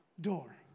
door